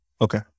Okay